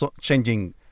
changing